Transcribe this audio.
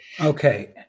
Okay